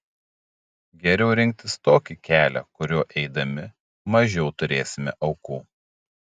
geriau rinktis tokį kelią kuriuo eidami mažiau turėsime aukų